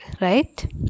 right